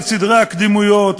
על סדרי הקדימויות,